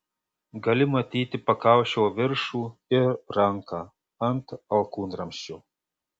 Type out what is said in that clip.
gali matyti pakaušio viršų ir ranką ant alkūnramsčio